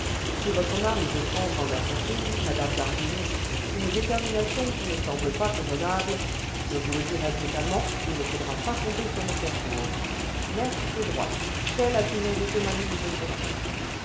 si votre mari veut prendre envers sa fille mme d'harville une détermination qui ne semble pas convenable je vous le dirai brutalement il ne faudra pas compter sur mon concours nette et droite telle a toujours été ma ligne de conduite